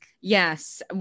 Yes